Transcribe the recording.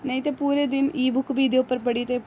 नेईं ते पूरे दिन ई बुक बी एह्दे उप्पर पढ़ी ते